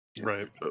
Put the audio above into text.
Right